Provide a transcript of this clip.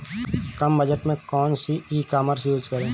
कम budget में कौन सी ई कॉमर्स यूज़ करें?